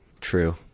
true